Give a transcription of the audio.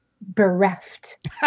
bereft